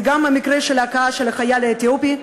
זה גם המקרה של הכאת החייל האתיופי,